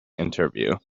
interview